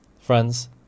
Friends